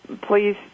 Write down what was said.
please